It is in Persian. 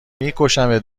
میکشمت